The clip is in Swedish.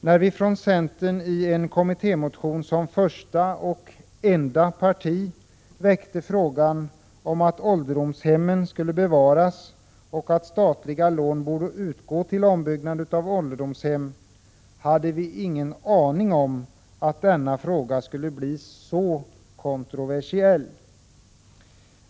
När vi från centern i en kommittémotion som första och enda parti väckte frågan om att ålderdomshemmen skulle bevaras och att statliga lån borde utgå till ombyggnad av hemmen, hade vi ingen aning om att denna fråga skulle bli så kontroversiell.